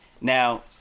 now